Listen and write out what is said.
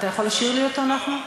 אתה יכול לשיר לו אותו נחמן?